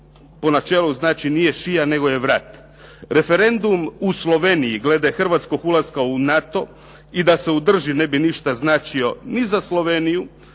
po načelu znači nije šija, nego je vrat. Referendum u Sloveniji glede hrvatskog ulaska u NATO i da se održi ne bi ništa značio ni za Sloveniju,